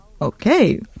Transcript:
Okay